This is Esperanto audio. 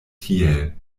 tiel